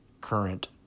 current